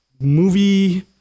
movie